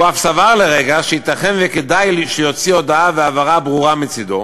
הוא אף סבר לרגע שייתכן שכדאי לי שיוציא הודעה והבהרה ברורה מצדו.